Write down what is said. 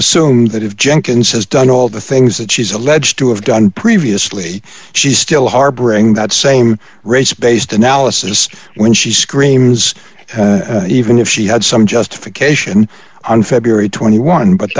assume that if jenkins has done all the things that she's alleged to have done previously she's still harboring that same race based analysis when she screams even if she had some justification on february twenty one but